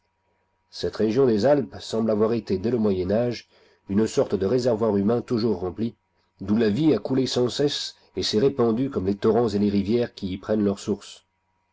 cette région des alpes semble avoir été dès le moyen âge une sorte de réservoir humain toujours rempli d'où la vie a coulé sans cesse et s'est répandue comme les torrents et les rivières qui y prennent leur source